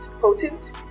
potent